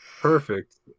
Perfect